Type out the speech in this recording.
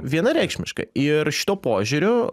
vienareikšmiškai ir šituo požiūriu